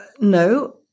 No